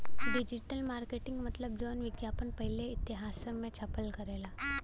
digital marketing मतलब जौन विज्ञापन पहिले इश्तेहार मे छपल करला